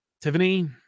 Tiffany